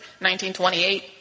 1928